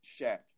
Shaq